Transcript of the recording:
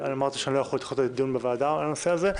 ואמרתי שאני לא יכול לדחות את הדיון בוועדה על הנושא הזה.